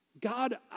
God